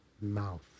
mouth